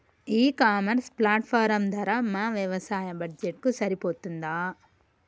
ఈ e commerce platform ధర మా వ్యవసాయ బడ్జెట్ కు సరిపోతుందా?